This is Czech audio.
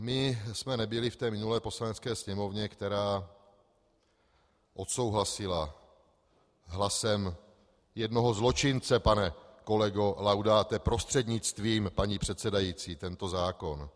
My jsme nebyli v minulé Poslanecké sněmovně, která odsouhlasili hlasem jednoho zločince, pane kolego Laudáte prostřednictvím paní předsedající, tento zákon.